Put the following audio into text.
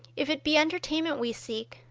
if it be entertainment we seek,